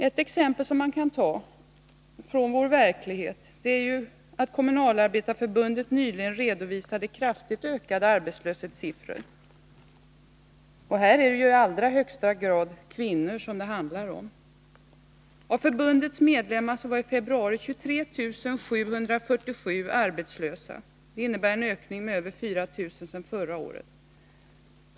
Ett exempel från vår verklighet är att Kommunalarbetareförbundet nyligen redovisade kraftigt ökade arbetslöshetssiffror, och här är det i allra högsta grad kvinnor det handlar om. Av förbundets medlemmar var i februari 23 747 arbetslösa. Det innebär en ökning med över 4 000 sedan förra året.